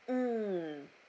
mm